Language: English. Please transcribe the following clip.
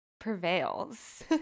prevails